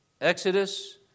Exodus